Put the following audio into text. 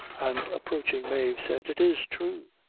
and approaching mave, said it is true,